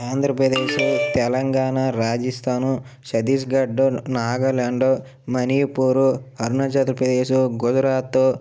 Andhra Pradesh Telangana Rajasthan Chhattisgarh Nagaland Manipur Arunachal Pradesh Gujarat